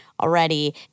already